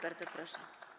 Bardzo proszę.